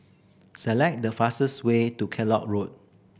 select the fastest way to Kellock Road